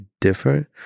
different